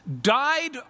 died